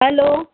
hello